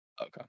Okay